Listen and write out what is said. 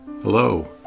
Hello